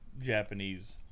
Japanese